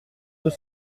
deux